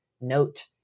note